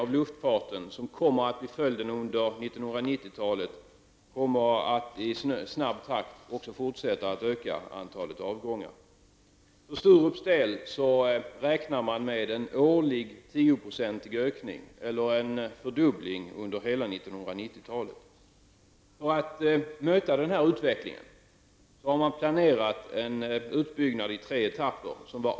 Med den avreglering som nu följer, även för inrikesflyget, så kommer nog också flera flygbolag att om några år trafikera linjen Sturup--Arlanda. Antalet resenärer till och från Sturup beräknas fördubblas under 1990-talet. För att möta denna utveckling planeras en utbyggnad av Sturup i tre etapper.